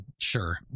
Sure